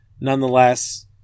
Nonetheless